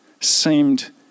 seemed